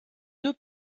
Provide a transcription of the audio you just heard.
deux